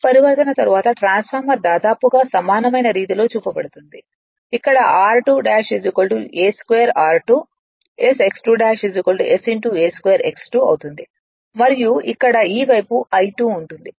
ఈ పరివర్తన తరువాత ట్రాన్స్ఫార్మర్ దాదాపుగా సమానమైన రీతిలో చూపబడుతుంది అక్కడ r2 ' a2 r2 s X 2' s a2 X 2 అవుతుంది మరియు ఇక్కడ ఈ వైపు i2 ఉంటుంది